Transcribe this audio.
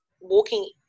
walking